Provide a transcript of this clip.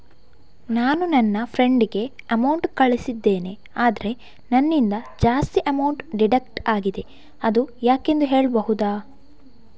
ನಾನು ನನ್ನ ಫ್ರೆಂಡ್ ಗೆ ಅಮೌಂಟ್ ಕಳ್ಸಿದ್ದೇನೆ ಆದ್ರೆ ನನ್ನಿಂದ ಜಾಸ್ತಿ ಅಮೌಂಟ್ ಡಿಡಕ್ಟ್ ಆಗಿದೆ ಅದು ಯಾಕೆಂದು ಹೇಳ್ಬಹುದಾ?